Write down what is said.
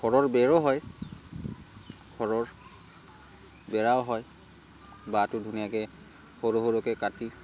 ঘৰৰ বেৰো হয় ঘৰৰ বেৰাও হয় বাঁহটো ধুনীয়াকৈ সৰু সৰুকৈ কাটি